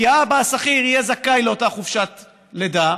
כי האבא השכיר יהיה זכאי לאותה חופשת לידה,